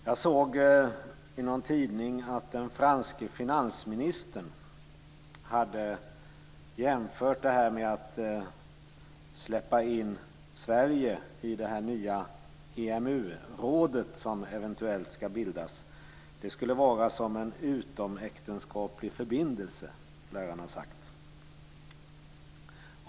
Jag såg i någon tidning att den franske finansministern hade gjort en jämförelse när det gäller det här med att släppa in Sverige i det nya EMU-råd som eventuellt skall bildas. Han lär ha sagt att det skulle vara som en utomäktenskaplig förbindelse.